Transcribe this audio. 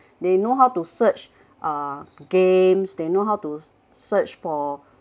they know how to search uh games they know how to search for